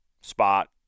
spot